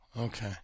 okay